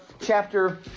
chapter